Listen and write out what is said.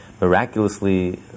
Miraculously